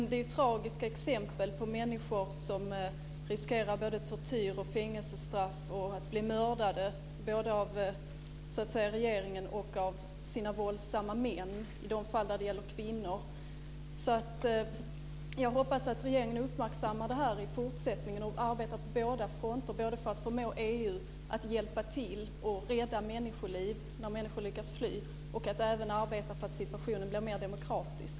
Det finns tragiska exempel på människor som riskerar tortyr, fängelsestraff och att bli mördade av regeringen och av sina våldsamma män i de fall det handlar om kvinnor. Jag hoppas att regeringen uppmärksammar detta i fortsättningen och arbetar på båda fronterna för att förmå EU att hjälpa till och rädda människoliv när människor lyckas fly och för att situationen blir med demokratisk.